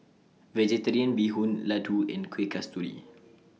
Vegetarian Bee Hoon Laddu and Kuih Kasturi